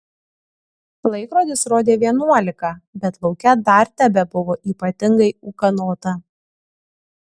laikrodis rodė vienuolika bet lauke dar tebebuvo ypatingai ūkanota